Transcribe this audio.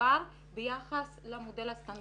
מתוגבר ביחס למודל הסטנדרטי.